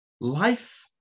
Life